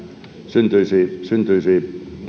syntyisi syntyisi